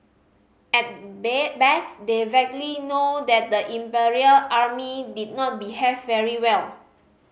at best they vaguely know that the Imperial Army did not behave very well